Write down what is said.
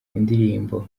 indirimbo